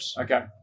Okay